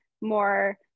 more